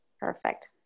Perfect